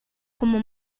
como